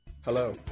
Hello